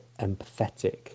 empathetic